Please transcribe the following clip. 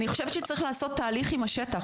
אני חושבת שצריך לעשות תהליך בשטח,